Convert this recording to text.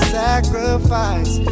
sacrifice